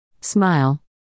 Smile